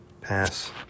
Pass